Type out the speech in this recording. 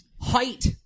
height